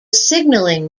signaling